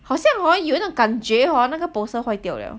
好像 hor 有一种感觉 hor 那个 poster 坏掉了